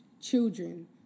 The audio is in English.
children